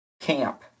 camp